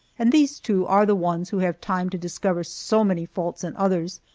and these, too, are the ones who have time to discover so many faults in others,